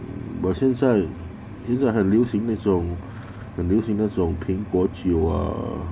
but 现在现在很流行那种很流行那种苹果酒啊